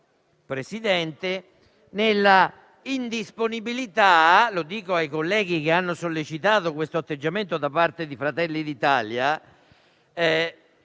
anche nella indisponibilità - lo dico ai colleghi che hanno sollecitato questo atteggiamento da parte di Fratelli d'Italia